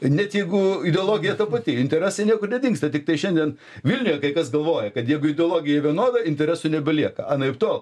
net jeigu ideologija ta pati interesai niekur nedingsta tiktai šiandien vilniuje kai kas galvoja kad jeigu ideologija vienoda interesų nebelieka anaiptol